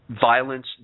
violence